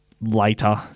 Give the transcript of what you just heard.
later